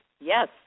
Yes